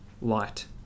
light